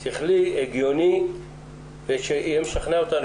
שכלי, הגיוני וישכנע אותנו.